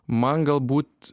man galbūt